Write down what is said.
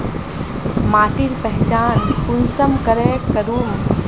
माटिर पहचान कुंसम करे करूम?